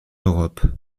europe